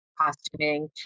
costuming